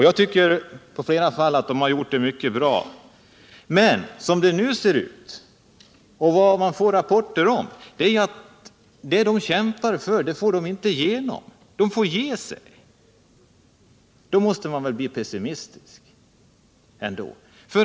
Jag tycker att de i flera fall har gjort det mycket bra. Men som det nu ser ut — och det får man också rapporter om — får de inte igenom det de kämpar för. De får ge sig. Då måste man väl ändå bli pessimistisk?